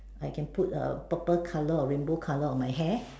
I can put a purple colour or rainbow colour on my hair